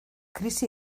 krisi